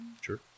Sure